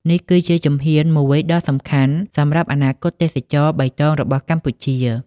នេះគឺជាជំហានមួយដ៏សំខាន់សម្រាប់អនាគតទេសចរណ៍បៃតងរបស់កម្ពុជា។